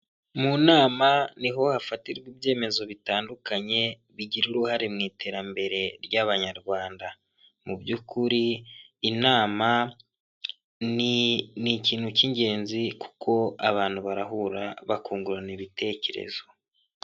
Mu nama niho hafatirwa ibyemezo bitandukanye bigira uruhare mu iterambere ry'abanyarwanda, mu by'ukuri inama ni ikintu cy'ingenzi, kuko abantu barahura bakungurana ibitekerezo.